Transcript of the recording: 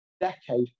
decade